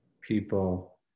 people